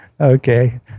Okay